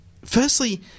firstly